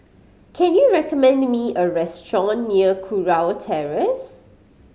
can you recommend me a restaurant near Kurau Terrace